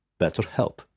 BetterHelp